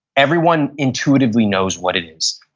everyone intuitively knows what it is.